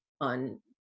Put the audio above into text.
on